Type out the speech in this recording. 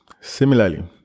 Similarly